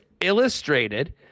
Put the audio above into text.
Illustrated